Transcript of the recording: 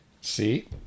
See